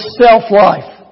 self-life